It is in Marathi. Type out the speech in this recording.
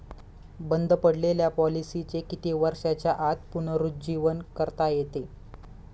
बंद पडलेल्या पॉलिसीचे किती वर्षांच्या आत पुनरुज्जीवन करता येते?